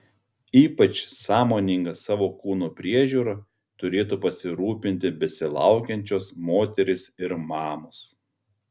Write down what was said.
ypač sąmoninga savo kūno priežiūra turėtų pasirūpinti besilaukiančios moterys ir mamos